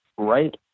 Right